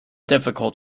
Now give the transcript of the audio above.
difficult